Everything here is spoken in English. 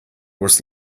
was